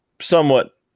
somewhat